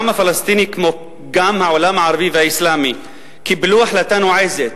העם הפלסטיני והעולם הערבי והאסלאמי קיבלו החלטה נועזת,